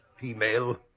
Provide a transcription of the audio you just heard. female